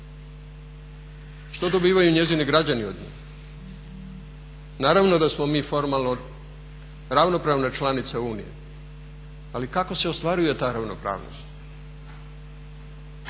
Što dobivaju njezini građani od nje? Naravno da smo mi formalno ravnopravna članica Unije, ali kako se ostvaruje ta ravnopravnost?